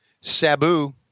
Sabu